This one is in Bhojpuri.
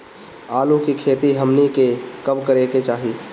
आलू की खेती हमनी के कब करें के चाही?